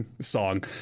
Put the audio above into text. song